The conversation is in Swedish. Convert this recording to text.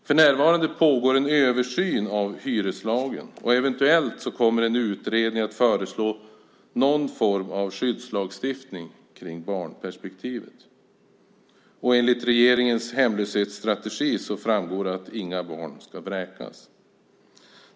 För närvarande pågår en översyn av hyreslagen, och eventuellt kommer en utredning att föreslå någon form av skyddslagstiftning kring barnperspektivet, och enligt regeringens hemlöshetsstrategi framgår det att inga barn ska vräkas.